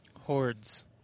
Hordes